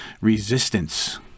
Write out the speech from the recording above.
resistance